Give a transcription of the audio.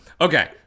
Okay